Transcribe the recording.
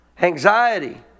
Anxiety